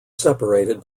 separated